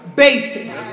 basis